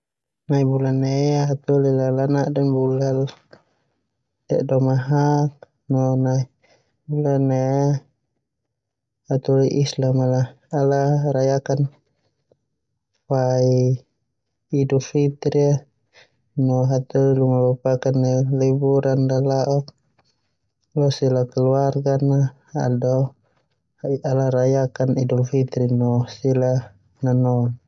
Nai bula ne ia hataholi la lanaden bula kedo mahaak no nai bula ia hataholi islam a rayakan fai idul fitru no hataholi luma boe paken neu liburan.